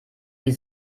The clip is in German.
wie